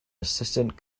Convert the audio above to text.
assistant